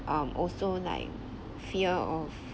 um also like fear of